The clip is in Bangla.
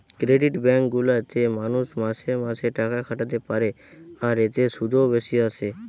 ক্রেডিট বেঙ্ক গুলা তে মানুষ মাসে মাসে টাকা খাটাতে পারে আর এতে শুধও বেশি আসে